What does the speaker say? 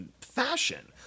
fashion